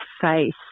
face